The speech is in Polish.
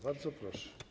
Bardzo proszę.